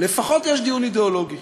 לפחות יש דיון אידיאולוגי.